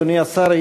אדוני השר,